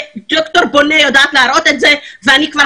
דוקטור בונה יודעת להראות את זה ואני כבר